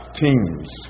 teams